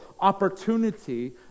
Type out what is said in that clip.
opportunity